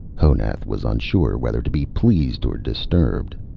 honath was unsure whether to be pleased or disturbed.